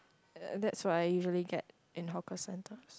uh that's what I usually get in hawker centres